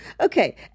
okay